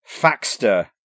Faxter